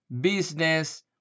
business